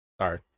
sorry